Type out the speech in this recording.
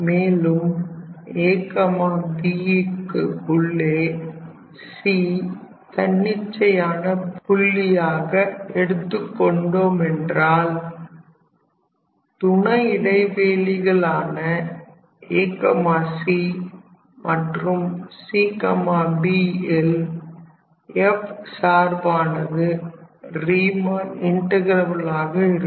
மேலும் ab க்கு உள்ளே c தன்னிச்சையான புள்ளியாக எடுத்துக் கொண்டோம் என்றால் துணை இடைவெளிகலான ac மற்றும் cb ல் f சார்பானது ரீமன் இன்ட்டகிரபிலாக இருக்கும்